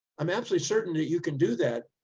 i'm absolutely certain that you can do that.